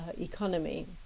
economy